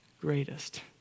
greatest